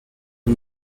اون